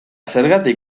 zergatik